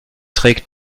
trägt